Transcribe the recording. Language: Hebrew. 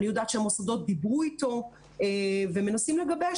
אני יודעת שהמוסדות דיברו אתו ומנסים לגבש